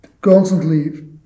constantly